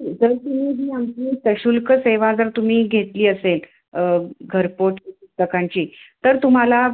जर तुम्ही ही आमची सशुल्क सेवा जर तुम्ही घेतली असेल घरपोच पुस्तकांची तर तुम्हाला